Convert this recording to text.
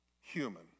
human